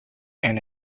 and